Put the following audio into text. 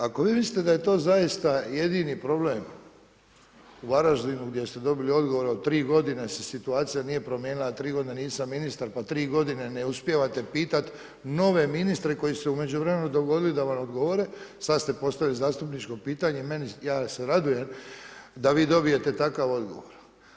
Ako vi mislite da je to zaista jedini problem u Varaždinu gdje ste dobili odgovor od tri godine se situacija se nije promijenila, a tri godine nisam ministar, pa tri godine ne uspijevate pitat nove ministre koji su se u međuvremenu dogodili da vam odgovore, sad ste postavili zastupničko pitanje meni, ja se radujem da vi dobijete takav odgovor.